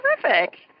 terrific